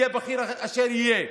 יהיה בכיר כאשר יהיה,